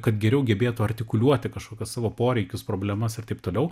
kad geriau gebėtų artikuliuoti kažkokius savo poreikius problemas ir taip toliau